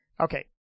okay